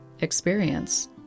experience